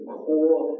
core